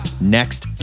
next